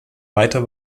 weiter